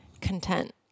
content